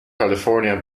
california